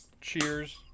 Cheers